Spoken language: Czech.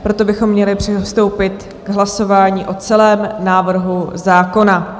Proto bychom měli přistoupit k hlasování o celém návrhu zákona.